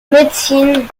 médecine